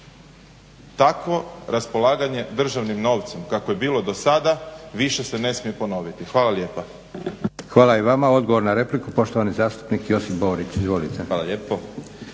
Takvo raspolaganje državnim novcem kakvo je bilo do sada više se ne smije ponoviti. Hvala lijepa! **Leko, Josip (SDP)** Hvala i vama. Odgovor na repliku, poštovani zastupnik Josi Borić. Izvolite. **Borić,